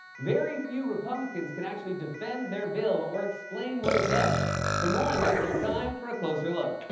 very few republicans can actually defend their bill or explain what it does. for more on this, it's time for a closer look.